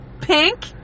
Pink